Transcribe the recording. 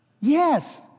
Yes